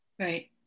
Right